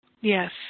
Yes